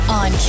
on